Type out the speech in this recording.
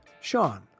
Sean